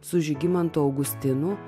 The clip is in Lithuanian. su žygimantu augustinu